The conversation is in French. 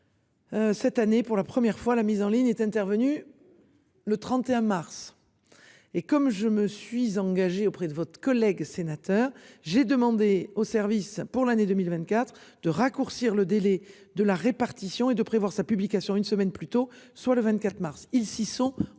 Cette année pour la première fois la mise en ligne est intervenue. Le 31 mars. Et comme je me suis engagé auprès de votre collègue sénateur, j'ai demandé au service pour l'année 2024 de raccourcir le délai de la répartition et de prévoir sa publication. Une semaine plus tôt, soit le 24 mars, ils s'y sont